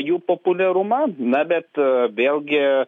jų populiarumą na bet vėlgi